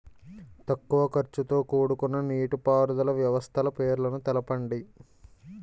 తక్కువ ఖర్చుతో కూడుకున్న నీటిపారుదల వ్యవస్థల పేర్లను తెలపండి?